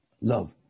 Love